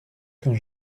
quand